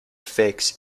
effects